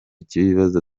cy’ibibazo